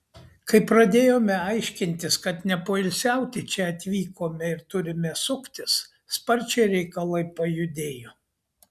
kai pradėjome aiškintis kad nepoilsiauti čia atvykome ir turime suktis sparčiai reikalai pajudėjo